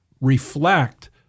reflect